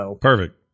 Perfect